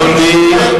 אדוני.